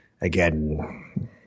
Again